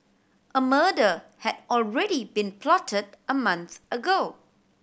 a murder had already been plotted a month ago